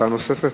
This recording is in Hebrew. הצעה נוספת.